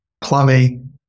plumbing